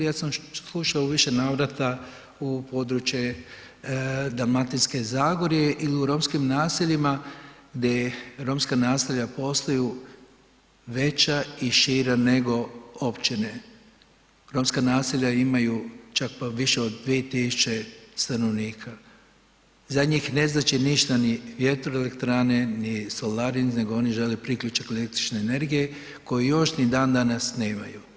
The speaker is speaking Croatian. Ja sam slušao u više navrata, u područje Dalmatinske zagore ili u romskim naseljima gdje je romska naselja postaju veća i šira nego općine, romska naselja imaju čak pa više od 2000 stanovnika, za njih ne znači ništa ni vjetroelektrane, ni solari, nego oni žele priključak električne energije koji još ni dan danas nemaju.